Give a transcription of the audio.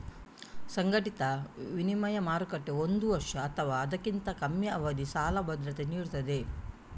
ಸಂಘಟಿತ ವಿನಿಮಯ ಮಾರುಕಟ್ಟೆ ಒಂದು ವರ್ಷ ಅಥವಾ ಅದಕ್ಕಿಂತ ಕಮ್ಮಿ ಅವಧಿಯ ಸಾಲ ಭದ್ರತೆ ನೀಡ್ತದೆ